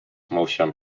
motion